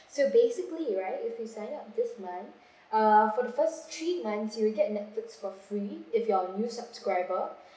so basically right if you sign up this month err for the first three months you will get Netflix for free if you're new subscriber